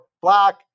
black